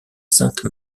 sainte